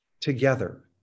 together